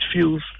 feels